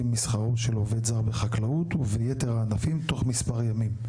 משכרו של עובד זר בחקלאות וביתר הענפים תוך מספר ימים.